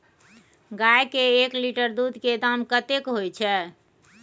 गाय के एक लीटर दूध के दाम कतेक होय छै?